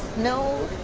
no.